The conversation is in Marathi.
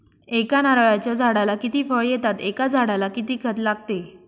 एका नारळाच्या झाडाला किती फळ येतात? एका झाडाला किती खत लागते?